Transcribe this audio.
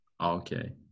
okay